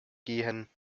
gehen